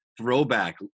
throwback